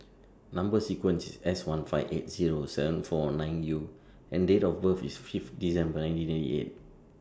Number sequence IS S one five eight Zero seven four nine U and Date of birth IS five December nineteen ninety eight